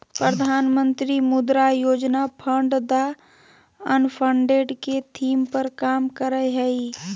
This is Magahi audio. प्रधानमंत्री Mudra Yojana fund the unfunded के थीम पर काम करय हइ